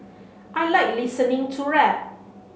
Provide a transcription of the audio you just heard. I like listening to rap